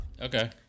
Okay